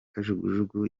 kajugujugu